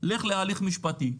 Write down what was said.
לך להליך משפטי.